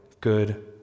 good